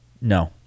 no